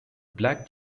black